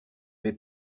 vais